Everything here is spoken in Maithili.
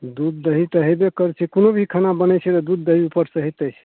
दूध दही तऽ हैबे करै छै कोनो भी खाना बनै छै तऽ दूध दही उपर से होइते छै